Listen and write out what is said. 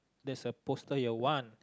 there supposed your want